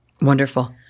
wonderful